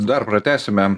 dar pratęsime